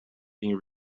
been